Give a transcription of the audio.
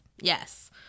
Yes